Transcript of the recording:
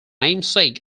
namesake